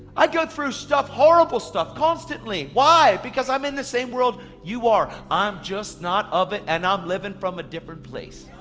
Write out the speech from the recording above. i go through stuff, horrible stuff, constantly. why? because i'm in the same world you are. i'm just not of it, and i'm living from a different place.